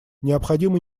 необходимо